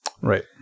Right